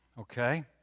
okay